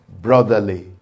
Brotherly